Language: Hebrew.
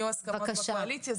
יהיו הסכמות בקואליציה.